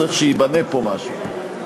צריך שייבנה פה משהו.